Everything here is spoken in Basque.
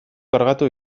kargatu